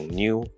new